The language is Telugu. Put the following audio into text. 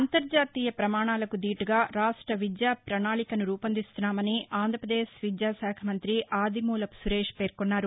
అంతర్జాతీయ ప్రమాణాలకు దీటుగా రాష్ట్ర విద్యా ప్రణాళికను రూపొందిస్తున్నామని ఆంధ్రపదేశ్ విద్యాశాఖ మంత్రి ఆదిమూలపు సురేష్ పేర్శొన్నారు